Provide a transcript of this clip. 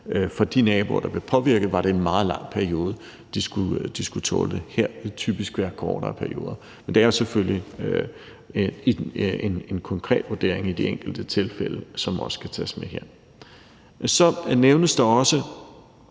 for de naboer, der blev påvirket, var det en meget lang periode, de skulle tåle det. Her vil det typisk være kortere perioder. Men det er selvfølgelig en konkret vurdering i de enkelte tilfælde, som også skal tages med her. Så nævnes der også